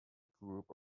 group